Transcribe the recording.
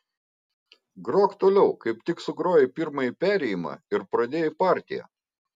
grok toliau kaip tik sugrojai pirmąjį perėjimą ir pradėjai partiją